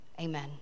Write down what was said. Amen